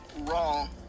wrong